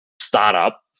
startup